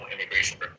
immigration